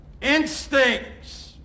instincts